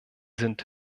sind